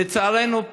לצערנו,